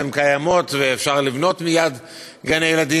אם הן קיימות ואפשר לבנות מייד גני-ילדים,